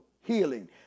healing